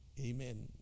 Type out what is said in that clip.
Amen